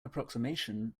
approximation